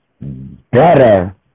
better